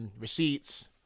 Receipts